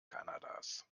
kanadas